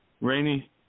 rainy